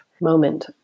moment